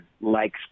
likes